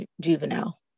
juvenile